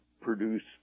produce